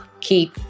keep